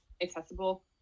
accessible